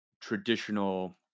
traditional